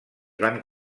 van